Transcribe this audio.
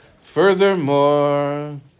Furthermore